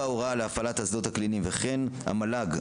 הוראה להפעלת השדות הקליניים וכן המל"ג,